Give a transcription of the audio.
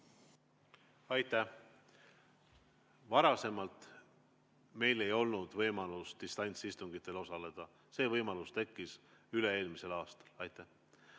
Aitäh! Varasemalt meil ei olnud võimalust distantsistungitel osaleda, see võimalus tekkis üle‑eelmisel aastal.